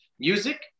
music